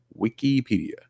Wikipedia